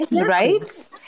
Right